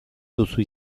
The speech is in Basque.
duzu